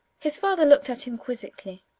his father looked at him quizzically.